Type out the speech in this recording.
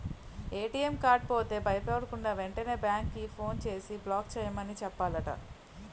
ATM card పోతే భయపడకుండా, వెంటనే బేంకుకి ఫోన్ చేసి బ్లాక్ చేయమని చెప్పాలట